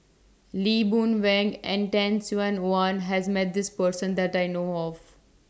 Lee Boon Wang and Tan Sin Aun has Met This Person that I know of